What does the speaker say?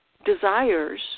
desires